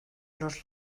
los